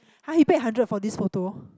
[huh] you paid hundred for this photo